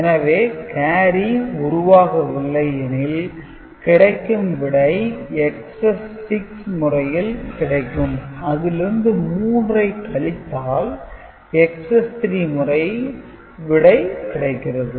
எனவே கேரி உருவாகவில்லை எனில் கிடைக்கும் விடை XS6 முறையில் கிடைக்கும் அதிலிருந்து 3 ஐ கழித்தால் XS3 முறை விடை கிடைக்கிறது